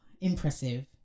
impressive